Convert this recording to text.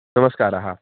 नमस्कारः